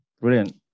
Brilliant